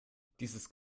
dieses